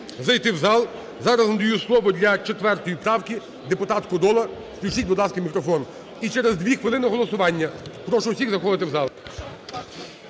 зайти в зал. Зараз надаю слово для четвертої правки депутат кодола. Включіть, будь ласка, мікрофон. І через 2 хвилини – голосування. Прошу усіх заходити в зал.